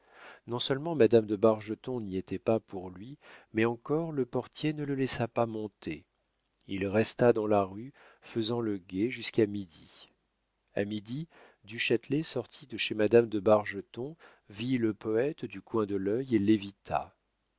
barbarie non-seulement madame de bargeton n'y était pas pour lui mais encore le portier ne le laissa pas monter il resta dans la rue faisant le guet jusqu'à midi a midi du châtelet sortit de chez madame de bargeton vit le poète du coin de l'œil et l'évita